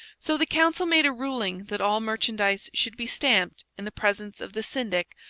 so the council made a ruling that all merchandise should be stamped, in the presence of the syndic,